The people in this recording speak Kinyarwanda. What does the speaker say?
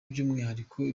by’umwihariko